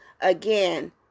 Again